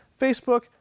Facebook